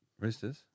Roosters